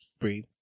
Breathe